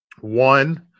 one